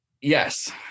Yes